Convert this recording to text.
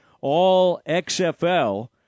All-XFL